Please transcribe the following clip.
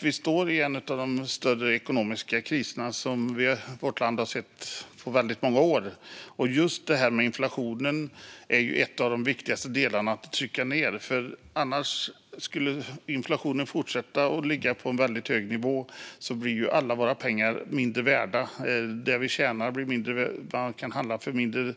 Vi står i en av de större ekonomiska kriser som vårt land har sett på väldigt många år. Just inflationen är en av de viktigaste delarna att trycka ned, för om inflationen skulle fortsätta att ligga på en väldigt hög nivå skulle alla våra pengar bli mindre värda. Det vi tjänar blir mindre värt, så man kan handla mindre.